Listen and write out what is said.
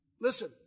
Listen